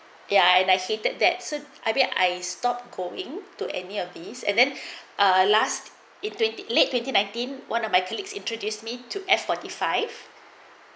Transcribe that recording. ya and I hinted that I bet I stopped going to any of these and then uh last it twenty late twenty nineteen one of my colleagues introduced me to F forty five